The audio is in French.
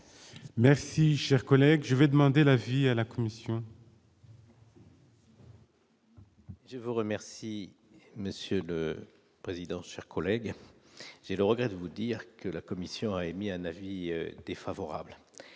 Merci, chers collègues, je vais demander l'avis à la Commission.